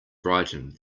brightened